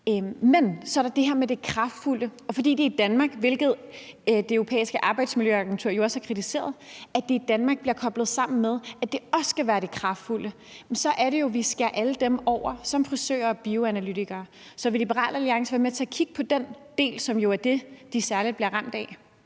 Men så er der det her med kraftanvendelse. I Danmark, bliver det, hvilket Det Europæiske Arbejdsmiljøagentur også har kritiseret, koblet sammen med, at der også skal være kraftanvendelse, og så er det jo, vi skærer alle dem fra, som er frisører og bioanalytikere. Så vil Liberal Alliance være med til at kigge på den del, som er det, de særlig bliver ramt af?